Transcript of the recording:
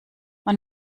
man